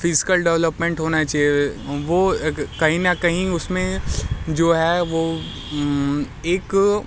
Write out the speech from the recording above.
physical development होना चाहिए वो कहीं ना कहीं उसमें जो है वो एक